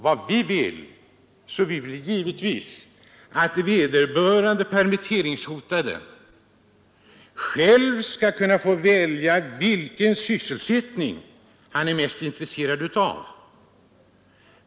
Vi vill givetvis att den permitteringshotade själv skall få välja utbildning och alltså kunna få utbildning i den sysselsättning han är mest intresserad av.